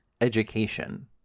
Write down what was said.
education